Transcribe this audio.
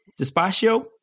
despacio